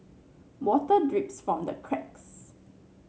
water drips from the cracks